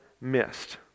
missed